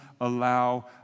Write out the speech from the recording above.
allow